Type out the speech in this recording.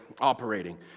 operating